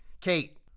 Kate